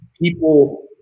people